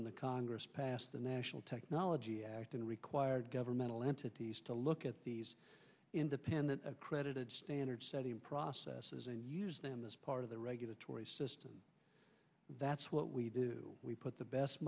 when the congress passed the national technology act and required governmental entities to look at these independent accredited standard setting processes and years than this part of the regulatory system that's what we do we put the best